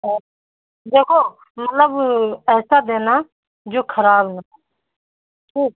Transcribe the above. और देखो मतलब ऐसा देना जो ख़राब ठीक